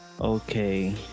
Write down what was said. okay